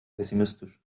pessimistisch